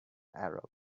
arab